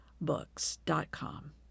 books.com